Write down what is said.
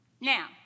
Now